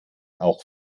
auch